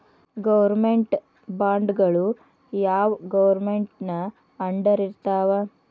Government ಬಾಂಡ್ಗಳು ಯಾವ್ government ಅಂಡರಿರ್ತಾವ?